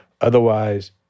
Otherwise